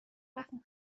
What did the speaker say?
رفتیم